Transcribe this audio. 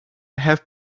have